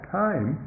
time